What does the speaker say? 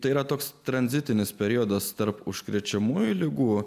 tai yra toks tranzitinis periodas tarp užkrečiamųjų ligų